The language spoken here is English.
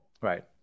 Right